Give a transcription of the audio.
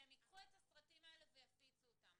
שהם ייקחו את הסרטים ויפיצו אותם.